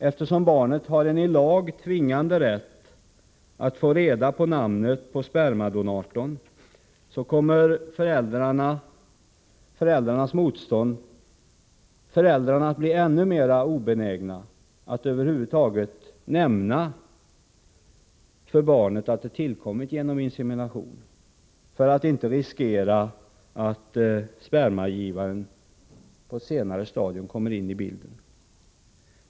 Eftersom barnet har enligt lag tvingande rätt att få reda på namnet på spermadonatorn, kommer föräldrarna att bli ännu mera obenägna att över huvud taget nämna för barnet att det tillkommit genom insemination, för att inte riskera att spermagivaren på ett senare stadium kommer in i bilden.